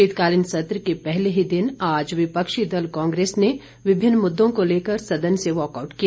शीतकालीन सत्र के पहले ही दिन आज विपक्षी दल कांग्रेस ने विभिन्न मुद्दों को लेकर सदन से वाकआउट किया